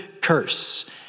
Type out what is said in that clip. curse